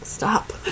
Stop